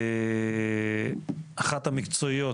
אחת המקצועיות